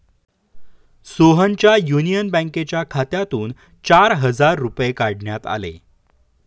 सोहनच्या युनियन बँकेच्या खात्यातून चार हजार रुपये काढण्यात आले